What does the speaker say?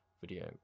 video